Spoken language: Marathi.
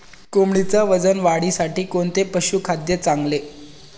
कोंबडीच्या वजन वाढीसाठी कोणते पशुखाद्य चांगले?